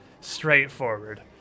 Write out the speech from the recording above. straightforward